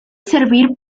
servir